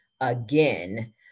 again